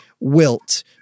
wilt